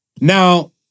now